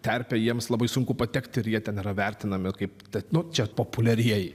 terpę jiems labai sunku patekti ir jie ten yra vertinami kaip ta čia populiarieji